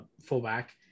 fullback